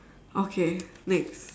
okay next